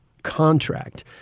contract